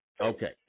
okay